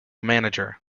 manager